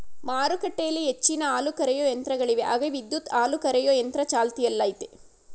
ಮಾರುಕಟ್ಟೆಲಿ ಹೆಚ್ಚಿನ ಹಾಲುಕರೆಯೋ ಯಂತ್ರಗಳಿವೆ ಹಾಗೆ ವಿದ್ಯುತ್ ಹಾಲುಕರೆಯೊ ಯಂತ್ರ ಚಾಲ್ತಿಯಲ್ಲಯ್ತೆ